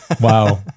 Wow